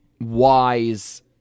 wise